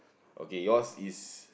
okay yours is